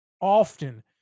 often